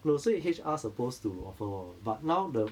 no 所以 H_R supposed to offer 我 but now the